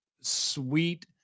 sweet